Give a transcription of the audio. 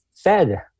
fed